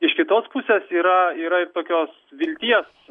iš kitos pusės yra yra ir tokios vilties